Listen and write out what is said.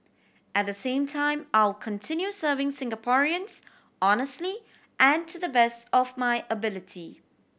at the same time I will continue serving Singaporeans honestly and to the best of my ability